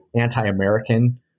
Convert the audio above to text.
anti-American